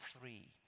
three